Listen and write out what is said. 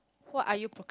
what are you